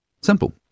Simple